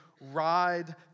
ride